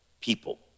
people